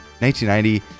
1990